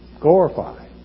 glorify